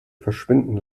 verschwinden